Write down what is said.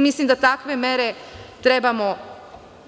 Mislim da takve mere trebamo,